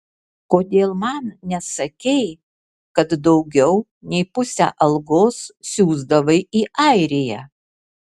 kodėl man nesakei kad daugiau nei pusę algos siųsdavai į airiją